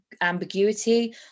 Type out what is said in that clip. ambiguity